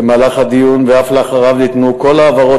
במהלך הדיון ואף לאחריו ניתנו כל ההבהרות